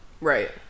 right